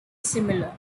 similar